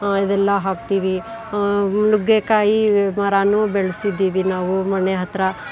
ಇದೆಲ್ಲ ಹಾಕ್ತೀವಿ ನುಗ್ಗೆಕಾಯಿ ಮರನೂ ಬೆಳೆಸಿದ್ದೀವಿ ನಾವು ಮನೆ ಹತ್ತಿರ